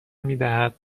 میدهد